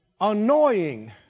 annoying